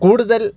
കൂടുതൽ